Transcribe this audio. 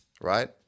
right